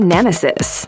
Nemesis